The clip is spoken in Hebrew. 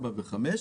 4 ו-5,